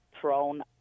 thrown